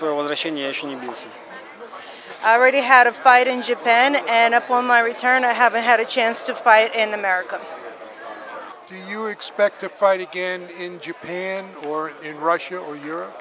means i already had a fight in japan and upon my return i haven't had a chance to fight in america do you expect to fight again in japan or in russia or europe